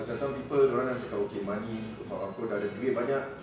pasal some people dorang cakap okay money sebab aku dah ada duit banyak